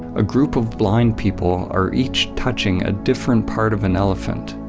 a group of blind people are each touching a different part of an elephant,